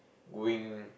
going